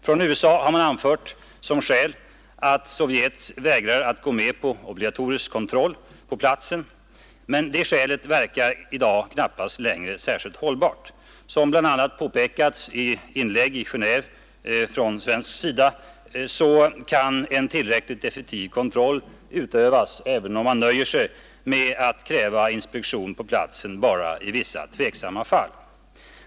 Från USA anför man som skäl att Sovjet vägrar att gå med på obligatorisk kontroll på platsen. I dag verkar dock det skälet knappast särskilt hållbart. Som bl.a. påpekats i svenska inlägg i Genéve kan en tillräckligt effektiv kontroll utövas, även om man nöjer sig med att kräva inspektion på platsen bara i vissa tveksamma fall.